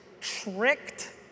tricked